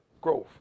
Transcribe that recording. Growth